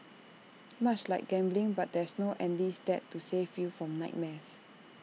much like gambling but there's no Andy's Dad to save you from nightmares